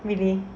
really